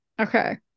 okay